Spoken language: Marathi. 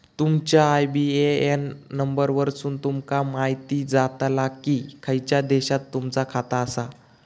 तुमच्या आय.बी.ए.एन नंबर वरसुन तुमका म्हायती जाताला की खयच्या देशात तुमचा खाता आसा